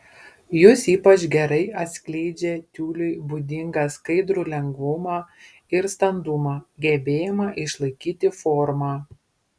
jos ypač gerai atskleidžia tiuliui būdingą skaidrų lengvumą ir standumą gebėjimą išlaikyti formą